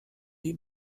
die